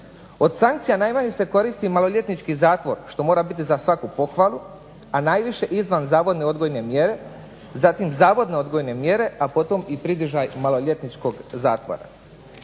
Od sankcija najmanje se koristi maloljetnički zatvor što mora biti za svaku pohvalu, a najviše izvan zavodne odgojne mjere, zatim zavodne odgojne mjere a potom i … maloljetničkog zatvora.